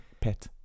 pet